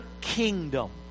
kingdom